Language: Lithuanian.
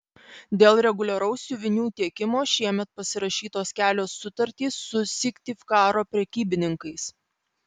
dėl reguliaraus siuvinių tiekimo šiemet pasirašytos kelios sutartys su syktyvkaro prekybininkais